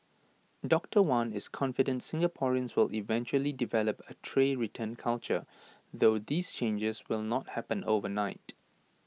doctor wan is confident Singaporeans will eventually develop A tray return culture though these changes will not happen overnight